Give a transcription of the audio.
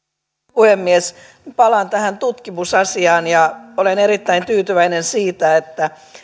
puhemies palaan tähän tutkimusasiaan ja olen erittäin tyytyväinen siitä että